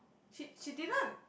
she she didn't